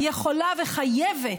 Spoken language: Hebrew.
היא לגמרי יכולה וחייבת,